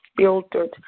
filtered